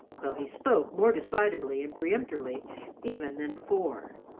though he spoke more decidedly and peremptorily even than before,